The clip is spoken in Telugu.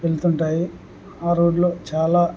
వెళ్తుంటాయి ఆ రోడ్లో చాలా